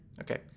Okay